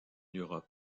europe